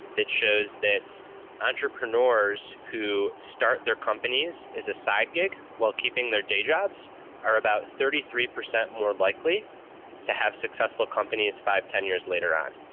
it shows that entrepreneurs who start their companies as a side gig while keeping their day jobs are about thirty three percent more likely to have successful companies, five, ten years later on.